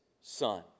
Son